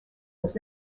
was